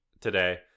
today